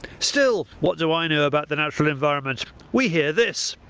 still what do i know about the natural environment? we hear this.